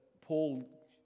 Paul